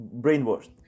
brainwashed